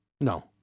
No